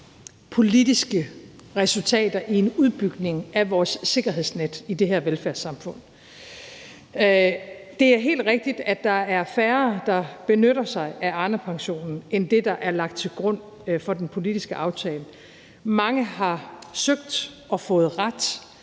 politiske resultater i en udbygning af vores sikkerhedsnet i det her velfærdssamfund. Det er helt rigtigt, at der er færre, der benytter sig af Arnepensionen, end det, der er lagt til grund for den politiske aftale. Mange har søgt og fået ret,